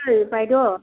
ओइ बायद'